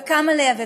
וכמה לייבא,